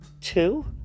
two